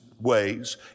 ways